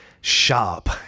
sharp